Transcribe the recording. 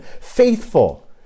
faithful